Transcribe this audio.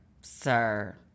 sir